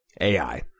AI